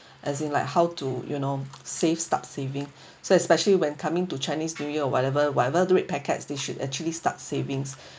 as in like how to you know save start saving so especially when coming to chinese new year or whatever whatever the red packets they should actually start savings